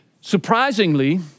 Surprisingly